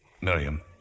Miriam